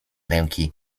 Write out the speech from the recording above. ręki